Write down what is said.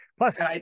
Plus